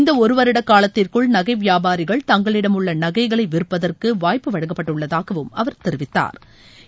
இந்த ஒரு வருட காலத்திற்குள் நகை வியாபாரிகள் தங்களிடம் உள்ள நகைகளை விற்பதற்கு வாய்ப்பு வழங்கப்பட்டுள்ளதாகவும் அவர் தெரிவித்தாா்